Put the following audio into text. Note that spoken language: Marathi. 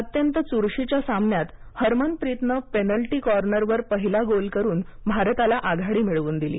अत्यंत चु्रशीच्या सामन्यात हरमनप्रीतने पेनल्टी कॉर्नरवर पहिला गोल करून भारताला आघाडी मिळवून दिली